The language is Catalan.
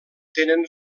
tenen